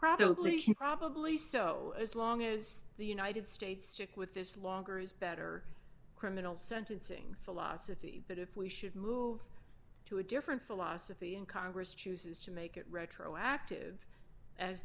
should probably so as long as the united states stick with this longer is better criminal sentencing philosophy but if we should move to a different philosophy in congress chooses to make it retroactive as